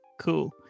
cool